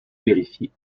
vérifier